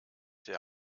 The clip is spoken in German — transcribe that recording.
der